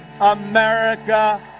America